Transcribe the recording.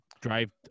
drive